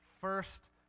first